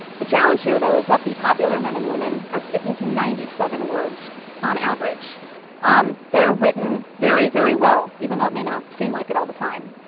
the challenge here, though, is that the popular men and women women are sticking to ninety seven words on average um that are written very, very well, even though it may not seem like it all the time.